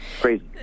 Crazy